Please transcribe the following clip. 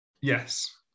Yes